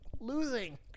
Losing